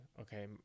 okay